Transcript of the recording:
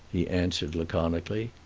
he answered, laconically.